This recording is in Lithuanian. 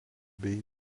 bei